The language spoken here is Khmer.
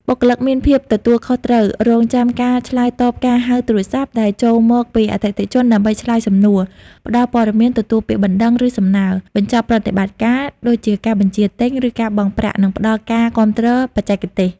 បុគ្គលិកមានភាពទទួលខុសត្រូវ រងចាំការឆ្លើយតបការហៅទូរស័ព្ទដែលចូលមកពីអតិថិជនដើម្បីឆ្លើយសំណួរ ផ្ដល់ព័ត៌មាន ទទួលពាក្យបណ្ដឹង ឬសំណើ បញ្ចប់ប្រតិបត្តិការ ដូចជាការបញ្ជាទិញ ឬការបង់ប្រាក់ និងផ្ដល់ការគាំទ្របច្ចេកទេស។